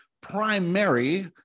primary